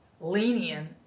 lenient